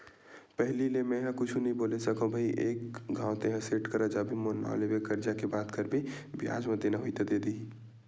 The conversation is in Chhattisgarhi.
पहिली ले मेंहा कुछु नइ बोले सकव भई एक घांव तेंहा सेठ करा जाबे मोर नांव लेबे करजा के बात करबे बियाज म देना होही त दे दिही